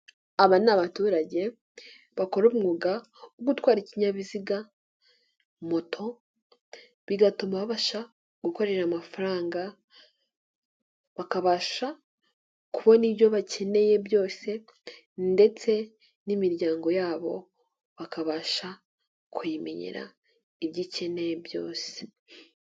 Aba ni abaturage bakora umwuga wo gutwara ikinyabiziga moto ,bigatuma babasha gukorera amafaranga, bakabasha kubona ibyo bakeneye byose ,ndetse n'imiryango yabo bakabasha kuyimenyera ibyo ikeneye byose.